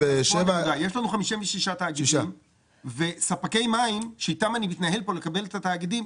יש לנו 56 תאגידים וספקי מים שאיתם אני מתנהל פה לקבל את התאגידים,